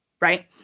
right